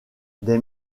des